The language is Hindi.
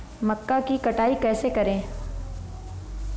मक्का की कटाई कैसे करें?